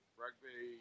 rugby